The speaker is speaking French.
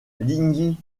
ligny